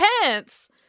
pants